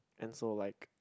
and so like